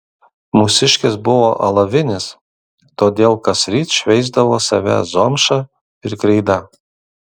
mūsiškis buvo alavinis todėl kasryt šveisdavo save zomša ir kreida